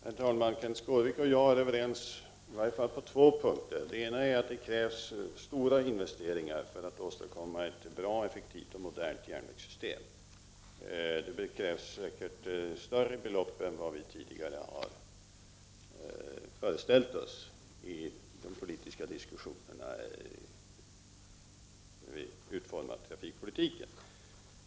Herr talman! Kenth Skårvik och jag är i alla fall överens på två punkter. Den ena är att det krävs stora investeringar för att åstadkomma ett bra, effektivt och modernt järnvägssystem. Det krävs säkerligen större belopp än vad vi tidigare har föreställt oss i de politiska diskussionerna vid utformningen av trafikpolitiken.